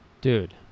Dude